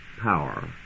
power